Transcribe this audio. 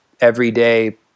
everyday